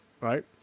right